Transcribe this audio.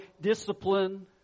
discipline